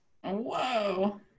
Whoa